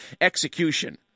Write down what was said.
execution